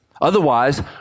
Otherwise